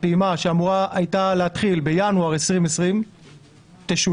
שאמורה היתה להתחיל בינואר 2020 תשולם,